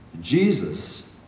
Jesus